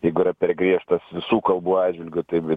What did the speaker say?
jeigu yra per griežtas visų kalbų atžvilgiu tai be